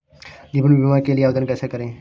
जीवन बीमा के लिए आवेदन कैसे करें?